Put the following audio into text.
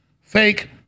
fake